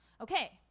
Okay